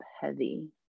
heavy